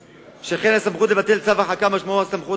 שכן הסמכות לבטל צו הרחקה משמעה הסמכות